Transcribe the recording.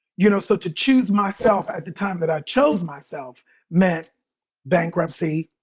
you know, so to choose myself at the time that i chose myself meant bankruptcy,